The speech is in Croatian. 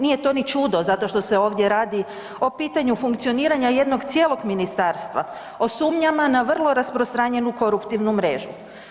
Nije to ni čudo zato što se ovdje radi o pitanju funkcioniranja jednog cijelog ministarstva, o sumnjama na vrlo rasprostranjenu koruptivnu mrežu.